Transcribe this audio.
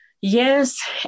Yes